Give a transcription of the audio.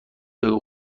بگو